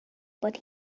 but